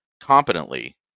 competently